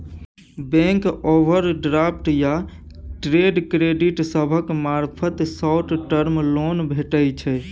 bank overdraft या trade credit सभक मार्फत शॉर्ट टर्म लोन भेटइ छै